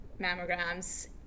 mammograms